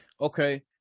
Okay